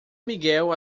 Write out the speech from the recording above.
miguel